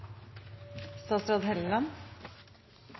statsråd Hofstad Helleland